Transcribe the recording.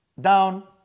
down